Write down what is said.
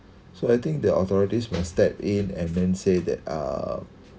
so I think the authorities must step in and then say that uh